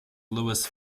louis